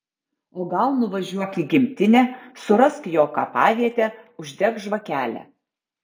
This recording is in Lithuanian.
o gal nuvažiuok į gimtinę surask jo kapavietę uždek žvakelę